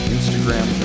Instagram